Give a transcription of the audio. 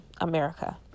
America